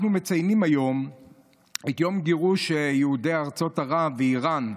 אנחנו מציינים היום את יום גירוש יהודי ארצות ערב ואיראן.